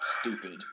stupid